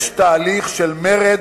יש תהליך של מרד